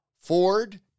Ford